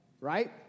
right